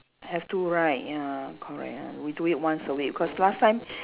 have to right ya correct and we do it once a week cause last time